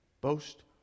boast